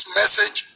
message